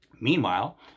Meanwhile